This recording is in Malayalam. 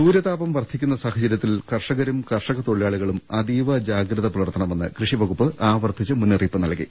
സൂര്യതാപം വർധിക്കുന്ന സാഹചര്യത്തിൽ കർഷകരും കർഷക തൊഴിലാളികളും അതീജ ജാഗ്രത പുലർത്തണമെന്ന് കൃഷി വകുപ്പ് ആവർത്തിച്ച് മുന്നറിയിപ്പ് നൽകി